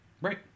Right